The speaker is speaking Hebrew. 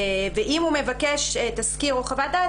ואם הוא מבקש תסקיר או חוות דעת,